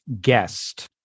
guest